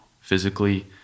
physically